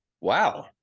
Wow